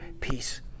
peace